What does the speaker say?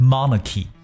Monarchy